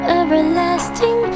everlasting